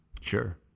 Sure